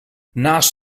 naast